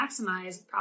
maximize